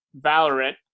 Valorant